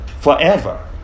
forever